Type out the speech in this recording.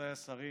רבותיי השרים